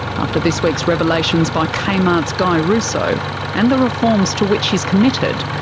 after this week's revelations by kmart's guy russo and the reforms to which he's committed,